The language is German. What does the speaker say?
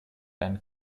einen